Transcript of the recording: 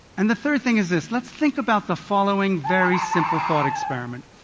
and the third thing is this let's think about the following very simple thought experiment.